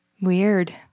weird